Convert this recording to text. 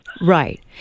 Right